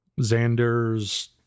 Xander's